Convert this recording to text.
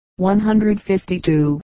152